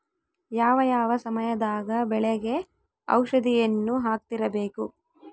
ಯಾವ ಯಾವ ಸಮಯದಾಗ ಬೆಳೆಗೆ ಔಷಧಿಯನ್ನು ಹಾಕ್ತಿರಬೇಕು?